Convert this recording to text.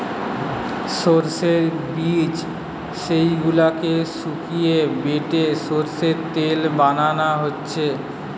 সোর্সের বীজ যেই গুলাকে শুকিয়ে বেটে সোর্সের তেল বানানা হচ্ছে